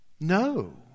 No